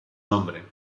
nombre